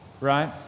Right